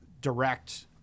direct